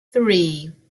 three